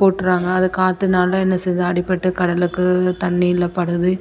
போட்டுடறாங்க அது காற்றுனால என்ன செய்யுது அடிப்பட்டு கடலுக்கு தண்ணிலைப்படுது